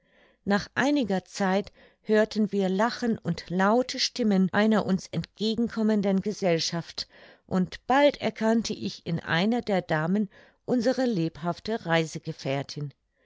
nach einiger zeit hörten wir lachen und laute stimmen einer uns entgegenkommenden gesellschaft und bald erkannte ich in einer der damen unsere lebhafte